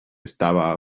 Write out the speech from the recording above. estaba